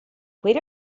where